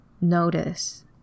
notice